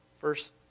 first